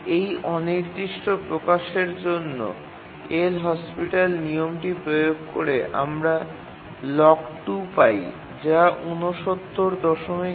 এই অনির্দিষ্ট প্রকাশের জন্য এল'হসপিটাল নিয়মটি প্রয়োগ করে আমরা log 2 পাই যা ৬৯২